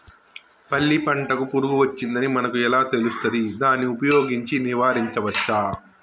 పల్లి పంటకు పురుగు వచ్చిందని మనకు ఎలా తెలుస్తది దాన్ని ఉపయోగించి నివారించవచ్చా?